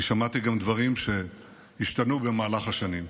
אני שמעתי גם דברים שהשתנו במהלך השנים.